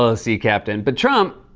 ah sea captain. but trump,